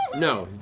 no,